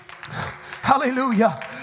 hallelujah